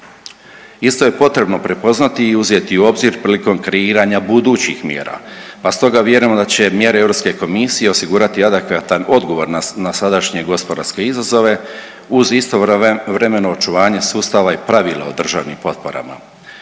Isto je potrebno prepoznati i uzeti u obzir prilikom kreiranja budućih mjera pa stoga vjerujemo da će mjere EK osigurati adekvatan odgovor na sadašnje gospodarske izazove uz istovremeno očuvanje sustava i pravila o državnim potporama.